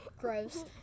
gross